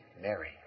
Mary